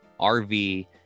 RV